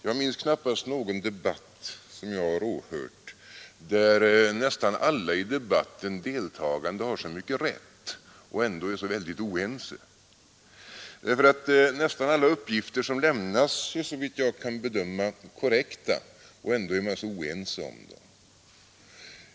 Jag minns knappast någon debatt som jag har åhört där nästan alla i debatten deltagande har så mycket rätt och ändå är så väldigt oense. Nästan alla uppgifter som lämnas är, såvitt jag kan bedöma, korrekta, och ändå är man så oense om dem.